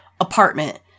apartment